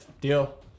deal